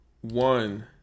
one